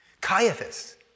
Caiaphas